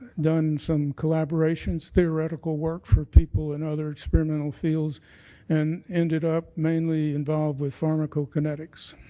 done some collaborations, theoretical work, for people in other experimental fields and ended up mainly involved with farm cal kinetics.